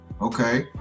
Okay